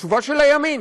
התשובה של הימין: